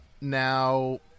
Now